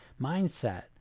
mindset